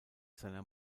seiner